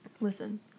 listen